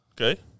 Okay